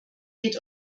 geht